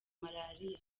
malariya